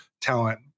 talent